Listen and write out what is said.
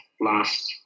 last